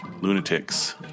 lunatics